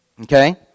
Okay